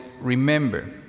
remember